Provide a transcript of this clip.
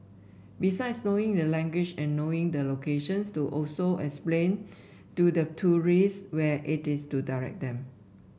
besides knowing the language and knowing the locations to also explain to the tourists where it is to direct them